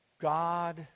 God